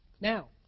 Now